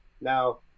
now